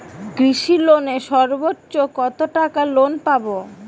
কৃষি লোনে সর্বোচ্চ কত টাকা লোন পাবো?